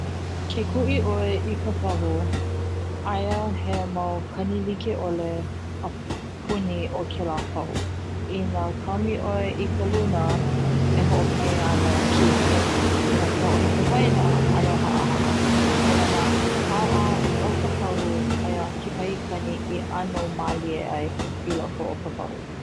Ke kuʻi ʻoe i ka pahu, aia he au kani likeʻole apuni o kela pahu ina kaumi ʻoe i ka luna e hoʻokani ana kiʻekiʻe inā kau ʻoe i ka waina ʻano haʻahaʻa a inā ʻaoʻao o ka pahu aia kekahi kani i ʻano mālie i loko o ka pahu.